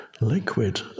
liquid